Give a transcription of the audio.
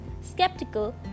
skeptical